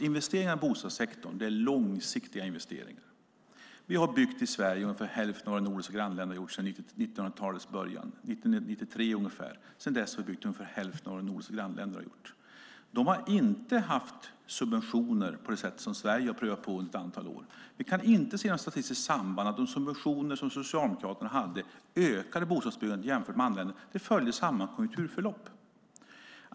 Investeringar i bostadssektorn är en fråga om långsiktiga investeringar. Man har sedan 1993 i Sverige byggt hälften så många bostäder som våra nordiska grannländer. De har inte haft subventioner på det sätt som man i Sverige har prövat på under ett antal år. Vi kan inte se något statistiskt samband så att de subventioner som Socialdemokraterna införde ökade bostadsbyggandet jämfört med andra länder. Byggandet följde samma konjunkturförlopp.